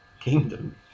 kingdom